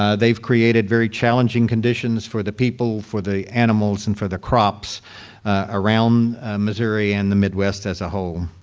ah they've created very challenging conditions for the people, for the animals, and for the crops around missouri and the midwest as a whole.